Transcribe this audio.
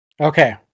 Okay